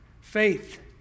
Faith